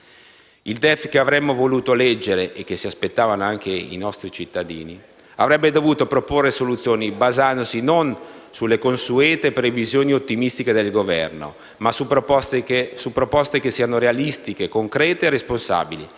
IL DEF che avremmo voluto leggere e che si aspettavano anche i nostri cittadini avrebbe dovuto proporre soluzioni basandosi non sulle consuete previsioni ottimistiche del Governo, ma su proposte realistiche, concrete e responsabili